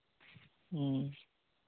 ᱦᱩᱸ